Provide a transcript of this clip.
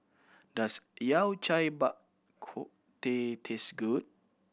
does Yao Cai Bak Kut Teh taste good